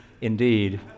indeed